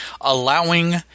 allowing